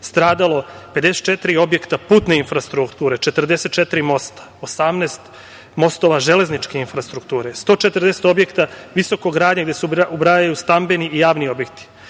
stradalo 54 objekta putne infrastrukture, 44 mosta, 18 mostova železničke infrastrukture, 140 objekata visokogradnje, gde se ubrajaju stambeni i javni